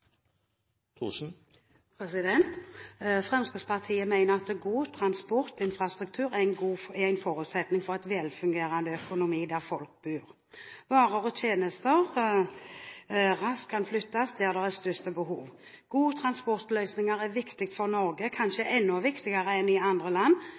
en forutsetning for en velfungerende økonomi der folk bor, og varer og tjenester kan raskt flyttes dit det er størst behov. Gode transportløsninger er viktig for Norge – kanskje enda viktigere enn i andre land